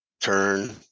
turn